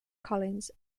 collins